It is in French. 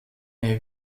est